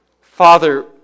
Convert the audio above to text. Father